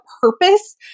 purpose